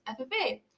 FFA